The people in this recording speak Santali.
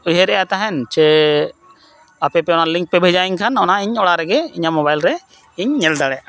ᱩᱭᱦᱟᱹᱨᱮᱜᱼᱟ ᱛᱟᱦᱮᱱ ᱥᱮ ᱟᱯᱮᱯᱮ ᱚᱱᱟ ᱞᱤᱝᱠ ᱯᱮ ᱵᱷᱮᱡᱟᱣᱟᱹᱧ ᱠᱷᱟᱱ ᱚᱱᱟ ᱤᱧ ᱚᱲᱟᱜ ᱨᱮᱜᱮ ᱤᱧᱟᱹᱜ ᱢᱳᱵᱟᱭᱤᱞ ᱨᱮ ᱤᱧ ᱧᱮᱞ ᱫᱟᱲᱮᱭᱟᱜᱼᱟ